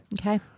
Okay